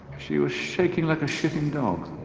she was shaking like a shitting dog.